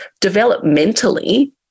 developmentally